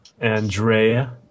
andrea